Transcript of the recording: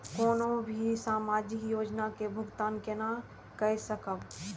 कोनो भी सामाजिक योजना के भुगतान केना कई सकब?